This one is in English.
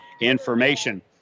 information